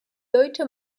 deutsche